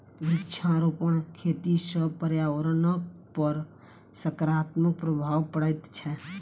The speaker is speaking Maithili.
वृक्षारोपण खेती सॅ पर्यावरणपर सकारात्मक प्रभाव पड़ैत छै